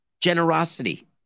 generosity